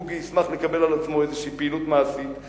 בוגי ישמח לקבל על עצמו איזו פעילות מעשית,